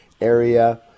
area